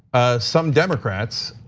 some democrats